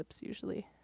usually